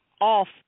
off